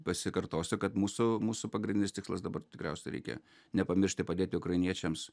pasikartosiu kad mūsų mūsų pagrindinis tikslas dabar tikriausiai reikia nepamiršti padėti ukrainiečiams